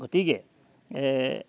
গতিকে